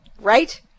right